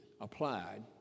applied